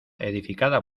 edificada